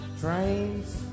trains